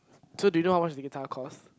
so do you know how much the guitar costs